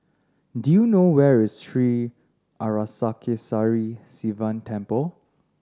do you know where is Sri Arasakesari Sivan Temple